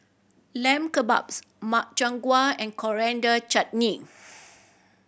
Lamb Kebabs Makchang Gui and Coriander Chutney